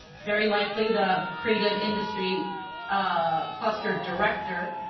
very likely the creative industry ah cluster director,